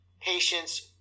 patience